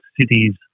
cities